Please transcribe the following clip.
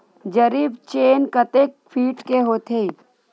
जरीब चेन कतेक फीट के होथे?